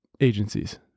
agencies